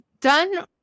done